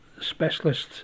specialists